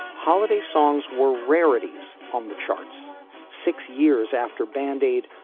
holiday songs were rarities on the charts six years after band aid,